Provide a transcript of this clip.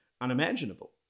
unimaginable